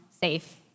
safe